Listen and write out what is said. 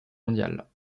mondiale